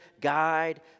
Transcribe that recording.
guide